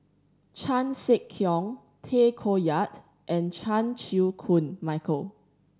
Chan Sek Keong Tay Koh Yat and Chan Chew Koon Michael